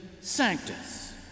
sanctus